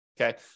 Okay